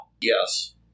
Yes